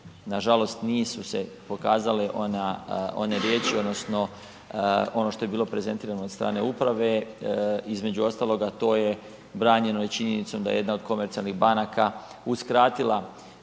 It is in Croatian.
nažalost nisu se pokazale one riječi, odnosno ono što je bilo prezentirano od strane uprave. Između ostaloga a to je, branjeno je činjenicom da je jedna od komercijalnih banaka uskratila